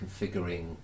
configuring